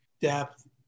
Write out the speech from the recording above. depth